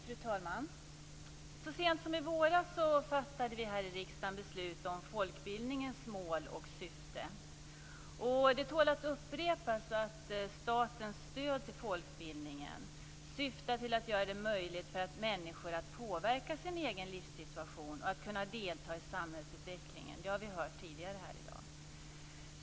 Fru talman! Så sent som i våras fattade vi här i riksdagen beslut om folkbildningens mål och syfte. Det tål att upprepas att statens stöd till folkbildningen syftar till att göra det möjligt för människor att påverka sin egen livssituation och kunna delta i samhällsutvecklingen. Det har vi hört tidigare här i dag.